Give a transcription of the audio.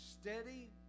steady